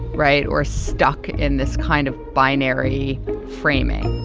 right. or stuck in this kind of binary framing.